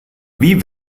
wie